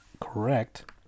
correct